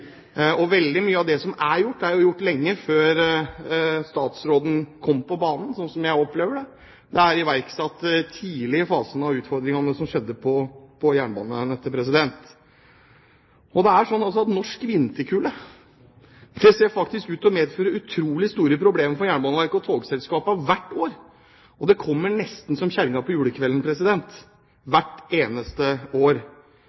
gjort. Veldig mye av det som er gjort, ble gjort lenge før statsråden kom på banen, slik jeg opplever det. I forhold til utfordringene på jernbanenettet ble det iverksatt tidlig i fasen. Det er slik at norsk vinterkulde faktisk ser ut til å medføre utrolig store problemer for Jernbaneverket og togselskapene hvert år. De kommer nesten som julekvelden på kjerringa hvert eneste år.